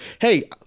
hey